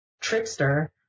trickster